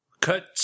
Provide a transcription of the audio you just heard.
Cut